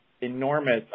enormous